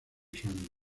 sueño